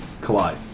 collide